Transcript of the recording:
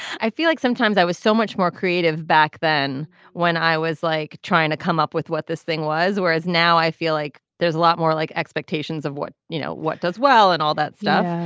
i feel like sometimes i was so much more creative back then when i was like trying to come up with what this thing was whereas now i feel like there's a lot more like expectations of what you know what does well and all that stuff.